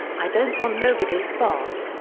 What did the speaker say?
i don't want nobody's spot.